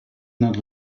not